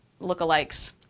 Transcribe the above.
lookalikes